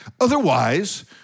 Otherwise